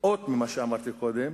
אות ממה שאמרתי קודם,